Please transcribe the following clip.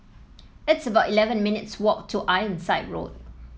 it's about eleven minutes' walk to Ironside Road